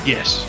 Yes